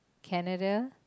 Canada